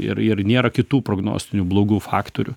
ir ir nėra kitų prognostinių blogų faktorių